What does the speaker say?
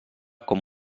com